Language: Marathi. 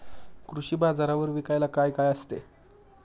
कृषी बाजारावर विकायला काय काय असते?